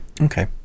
Okay